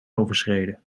overschreden